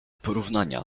porównania